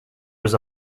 was